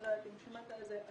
אני לא יודעת אם שמעת על זה,